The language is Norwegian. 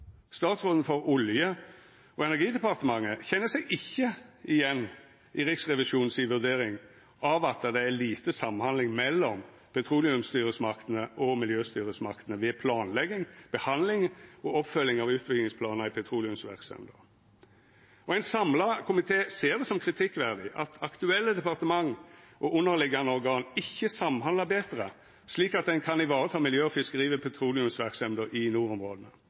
Statsråden for Olje- og energidepartementet kjenner seg ikkje igjen i Riksrevisjonens vurdering av at det er lite samhandling mellom petroleumsstyresmaktene og miljøstyresmaktene ved planlegging, behandling og oppfølging av utbyggingsplanar i petroleumsverksemda. Ein samla komité ser det som kritikkverdig at aktuelle departement og underliggjande organ ikkje samhandlar betre, slik at ein kan vareta miljø og fiskeri ved petroleumsverksemda i nordområda.